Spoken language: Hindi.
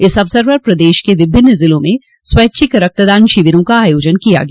इस अवसर पर प्रदश के विभिन्न ज़िलों में स्वैच्छिक रक्तदान शिविरों का आयोजन किया गया